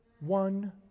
One